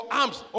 arms